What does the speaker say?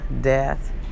death